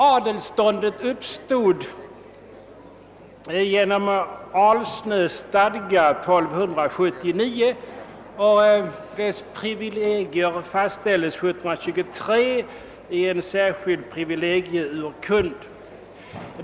Adelsståndet uppstod genom Alsnö stadga 1279 och dess privilegier fastställdes 1723 i en särskild privilegieurkund.